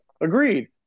agreed